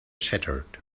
shattered